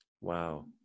Wow